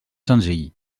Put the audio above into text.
senzill